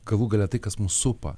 galų gale tai kas mus supa